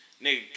Nigga